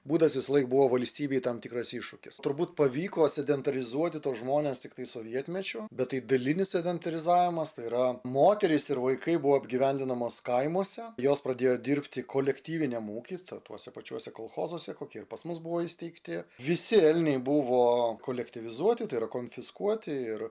būdas visąlaik buvo valstybei tam tikras iššūkis turbūt pavyko sedantarizuoti tuos žmones tiktai sovietmečiu bet tai dalinis sedantarizavimas tai yra moterys ir vaikai buvo apgyvendinamos kaimuose jos pradėjo dirbti kolektyviniam ūkį tuose pačiuose kolchozuose kokie ir pas mus buvo įsteigti visi elniai buvo kolektyvizuoti tai yra konfiskuoti ir